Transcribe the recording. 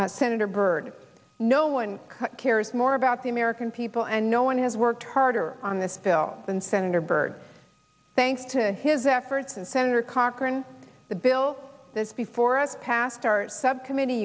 senator byrd no one cares more about the american people and no one has worked harder on this bill than senator byrd thanks to his efforts and senator cochran the bill that's before us passed our subcommittee